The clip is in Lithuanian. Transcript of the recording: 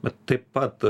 bet taip pat